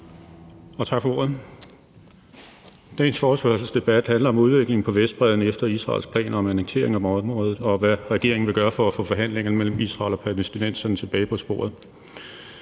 tak for ordet. Dagens forespørgselsdebat handler om udviklingen på Vestbredden efter Israels planer om annektering af området og om, hvad regeringen vil gøre for at få forhandlingerne mellem Israel og palæstinenserne tilbage på sporet.